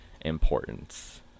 importance